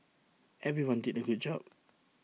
everyone did A good job